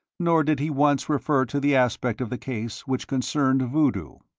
nor did he once refer to the aspect of the case which concerned voodoo.